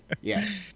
Yes